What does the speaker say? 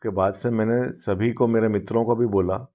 उसके बाद से मैने सभी को मेरे मित्रों को भी बोला